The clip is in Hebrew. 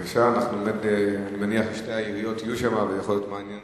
אני מניח ששתי העיריות יהיו שם ויהיה מעניין